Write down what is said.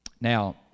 Now